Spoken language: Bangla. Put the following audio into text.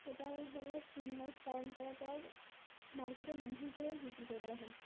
সেটাও হলো তিন মাস পালন করার পর মার্কেটে মাংস হিসেবে বিক্রি করে দেওয়া হয়